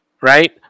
right